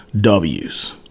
W's